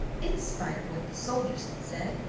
in spite of what the soldiers had said,